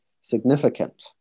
significant